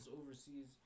overseas